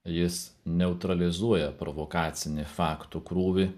jis neutralizuoja provokacinį faktų krūvį